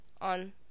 on